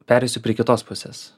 pereisiu prie kitos pusės